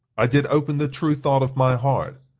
i did open the true thought of my heart.